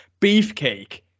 Beefcake